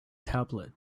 tablet